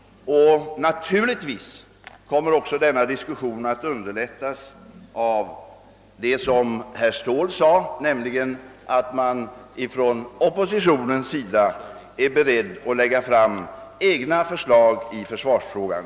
Denna diskussion kommer naturligtvis att underlättas av att oppositionen, som herr Ståhl sade, är beredd att lägga fram egna förslag i försvarsfrågan.